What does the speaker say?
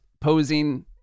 posing